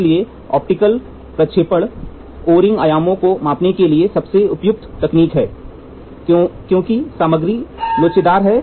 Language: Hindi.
इसलिए ऑप्टिकल प्रक्षेपण ओ रिंग आयामों को मापने के लिए सबसे उपयुक्त तकनीक है क्योंकि सामग्री लोचदार है